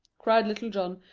cried little john,